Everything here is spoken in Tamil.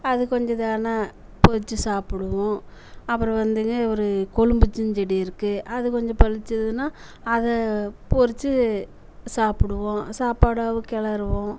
அது கொஞ்சம் இதானா பறிச்சி சாப்பிடுவோம் அப்புறம் வந்துங்க ஒரு எலும்பிச்சஞ்செடி இருக்கு அது கொஞ்சம் பழுத்துதுனா அதை பறிச்சி சாப்பிடுவோம் சாப்பாடாவும் கிளருவோம்